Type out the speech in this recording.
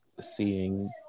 seeing